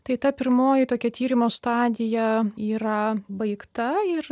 tai ta pirmoji tokia tyrimo stadija yra baigta ir